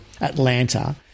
atlanta